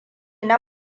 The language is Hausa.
na